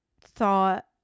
thought